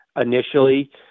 initially